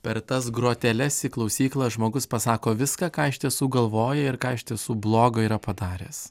per tas groteles į klausyklą žmogus pasako viską ką iš tiesų galvoja ir ką iš tiesų blogo yra padaręs